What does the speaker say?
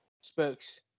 Spokes